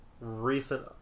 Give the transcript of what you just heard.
recent